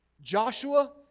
Joshua